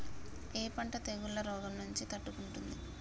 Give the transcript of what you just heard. ఏ పంట తెగుళ్ల రోగం నుంచి తట్టుకుంటుంది?